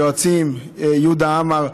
היועצים יהודה עמר,